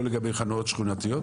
לא לגבי חנויות שכונתיות?